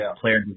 player